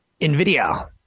NVIDIA